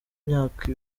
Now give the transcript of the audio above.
myaka